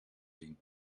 zien